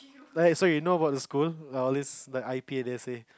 alright so you know about the school all this like I_P and D_S_A